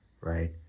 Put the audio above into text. right